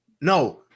No